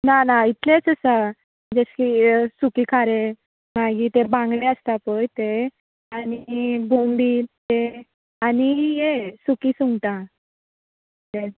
ना ना इतलेंच आसा जशें हें सुखें खारें मागीर ते बांगडे आसता पळय ते आनी बोंबील ते आनी हें सुखी सुंगटा इतलेंच